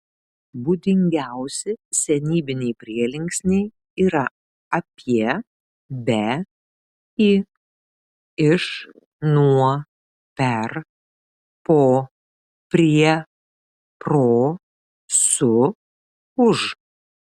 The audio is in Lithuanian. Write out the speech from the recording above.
būdingiausi senybiniai prielinksniai yra apie be į iš nuo per po prie pro su už